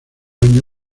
año